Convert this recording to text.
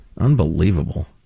Unbelievable